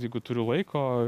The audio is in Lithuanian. jeigu turiu laiko